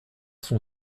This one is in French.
son